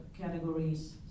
categories